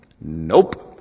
Nope